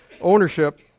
ownership